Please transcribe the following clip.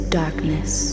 darkness